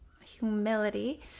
humility